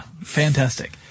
Fantastic